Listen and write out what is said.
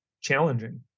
challenging